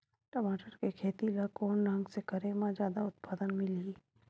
टमाटर के खेती ला कोन ढंग से करे म जादा उत्पादन मिलही?